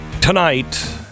Tonight